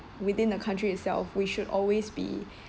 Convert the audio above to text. within the country itself we should always be